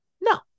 No